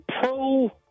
pro